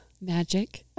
Magic